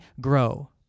grow